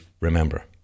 remember